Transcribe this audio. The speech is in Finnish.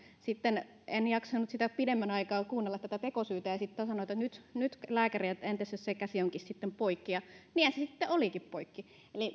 sitten en jaksanut pidemmän aikaa kuunnella tätä tekosyytä ja sanoin että nyt lääkäriin että entäs jos se käsi onkin sitten poikki ja niinhän se sitten olikin poikki